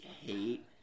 hate